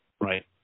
right